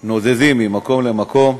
או נודדים ממקום למקום,